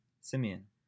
simeon